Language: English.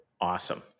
Awesome